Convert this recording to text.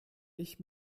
ich